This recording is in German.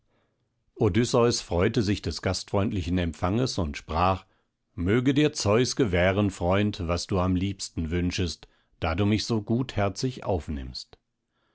odysseus freute sich des gastfreundlichen empfanges und sprach möge dir zeus gewähren freund was du am liebsten wünschest da du mich so gutherzig aufnimmst